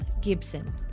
Gibson